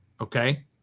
okay